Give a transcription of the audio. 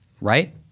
right